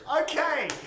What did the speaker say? Okay